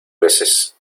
veces